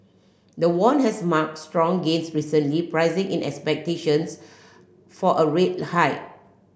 the won has marked strong gains recently pricing in expectations for a rate hike